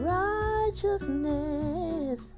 righteousness